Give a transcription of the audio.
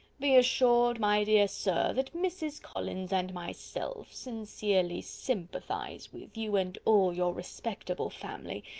be assured, my dear sir, that mrs. collins and myself sincerely sympathise with you and all your respectable family,